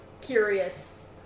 curious